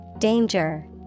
Danger